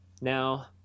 Now